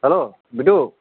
hello Gudu